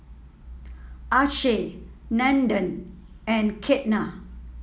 Akshay Nandan and Ketna